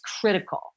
critical